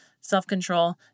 self-control